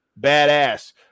Badass